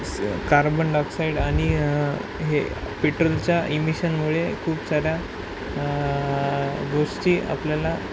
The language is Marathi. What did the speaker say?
स कार्बनडायऑक्साईड आणि हे पेट्रोलच्या इमिशनमुळे खूप साऱ्या गोष्टी आपल्याला